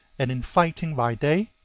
and in fighting by day,